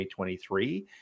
2023